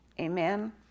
Amen